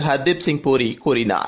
ஹர்தீப் சிங் பூரி கூறினார்